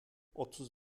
otuz